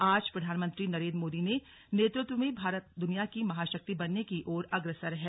आज प्रधानमंत्री नरेन्द्र मोदी के नेतृत्व में भारत दुनिया की महाशक्ति बनने की ओर अग्रसर है